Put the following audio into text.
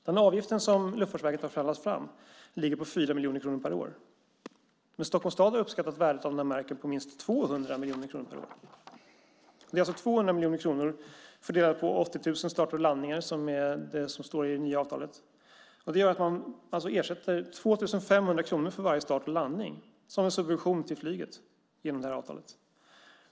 Den avgift som Luftfartsverket har förhandlat fram ligger på 4 miljoner kronor per år. Stockholms stad har uppskattat värdet på marken till minst 200 miljoner kronor per år. Det är 200 miljoner kronor fördelat på 80 000 starter och landningar, som det står i det nya avtalet. Det gör att man ersätter varje start och landning med 2 500 kronor som en subvention till flyget genom avtalet.